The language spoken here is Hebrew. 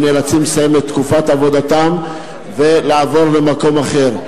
נאלצים לסיים את תקופת עבודתם ולעבור למקום אחר.